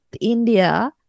India